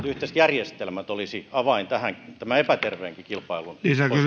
yhteiset järjestelmät olisivat avain tämän epäterveenkin kilpailun